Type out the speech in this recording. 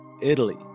Italy